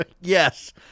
Yes